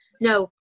no